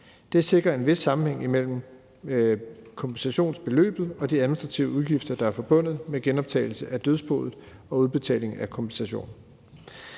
Det sikrer en vis sammenhæng imellem kompensationsbeløbet og de administrative udgifter, der er forbundet med genoptagelse af dødsboet og udbetaling af kompensation.